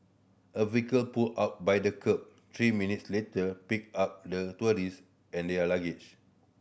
a vehicle pulled up by the kerb three minutes later picking up the tourist and their luggage